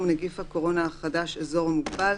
(נגיף הקורונה החדש) (אזור מוגבל),